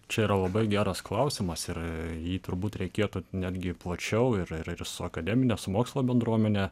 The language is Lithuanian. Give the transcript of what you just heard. čia yra labai geras klausimas ir jį turbūt reikėtų netgi plačiau ir ir ir su akademine su mokslo bendruomene